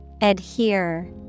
Adhere